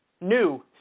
New